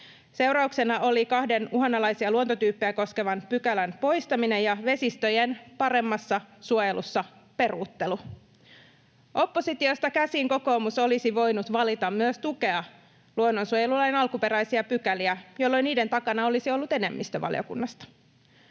Seurauksena oli kahden uhanalaisia luontotyyppejä koskevan pykälän poistaminen ja vesistöjen paremmassa suojelussa peruuttelu. Oppositiosta käsin kokoomus olisi voinut valita myös tukea luonnonsuojelulain alkuperäisiä pykäliä, jolloin niiden takana olisi ollut enemmistö valiokunnasta.